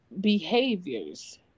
behaviors